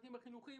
הצוותים החינוכיים,